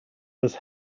was